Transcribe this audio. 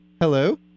Hello